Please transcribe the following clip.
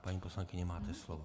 Paní poslankyně, máte slovo.